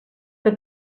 que